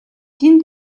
эдийн